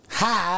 hi